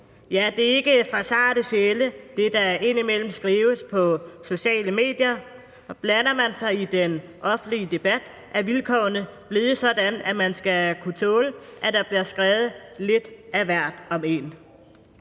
Ja, det er ikke for sarte sjæle, hvad der indimellem skrives på sociale medier. Blander man sig i den offentlige debat, er vilkårene blevet sådan, at man skal kunne tåle, at der bliver skrevet lidt af hvert om en.